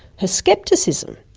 her scepticism,